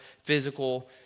physical